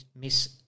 miss